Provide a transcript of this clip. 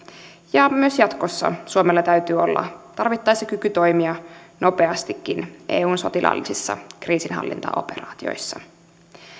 ja myös jatkossa suomella täytyy olla tarvittaessa kyky toimia nopeastikin eun sotilaallisissa kriisinhallintaoperaatioissa